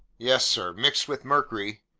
yes, sir. mixed with mercury,